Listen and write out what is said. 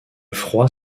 froid